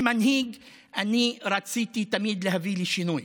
כמנהיג אני רציתי תמיד להביא לשינוי,